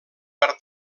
per